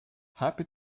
happy